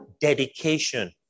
Dedication